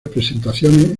presentaciones